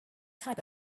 type